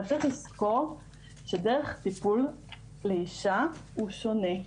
אבל צריך לזכור שדרך הטיפול באישה היא שונה,